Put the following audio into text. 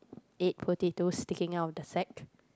eight potatoes sticking out of the sack